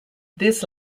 this